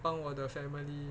帮我的 family